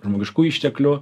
žmogiškųjų išteklių